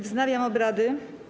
Wznawiam obrady.